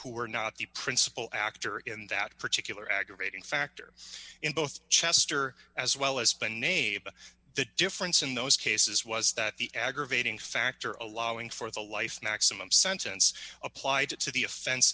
who are not the principal actor in that particular aggravating factor in both chester as well as by name but the difference in those cases was that the aggravating factor allowing for the life maximum sentence applied it to the offen